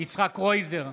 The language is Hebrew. יצחק קרויזר,